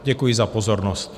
Děkuji za pozornost.